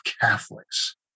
Catholics